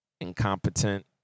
incompetent